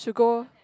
should go